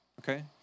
okay